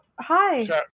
hi